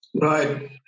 right